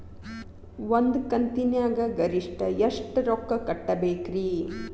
ಒಂದ್ ಕಂತಿನ್ಯಾಗ ಗರಿಷ್ಠ ಎಷ್ಟ ರೊಕ್ಕ ಕಟ್ಟಬೇಕ್ರಿ?